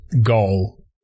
goal